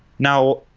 now,